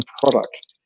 product